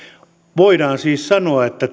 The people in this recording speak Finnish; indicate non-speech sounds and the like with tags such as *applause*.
voidaan siis sanoa että *unintelligible*